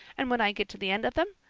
and when i get to the end of them,